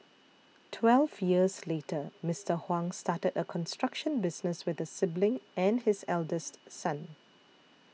twelve years later Mister Huang started a construction business with a sibling and his eldest son